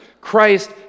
christ